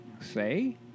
say